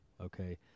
okay